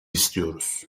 istiyoruz